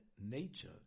nature